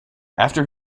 after